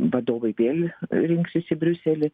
vadovai vėl rinksis į briuselį